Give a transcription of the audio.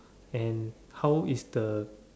and how is the